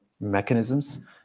mechanisms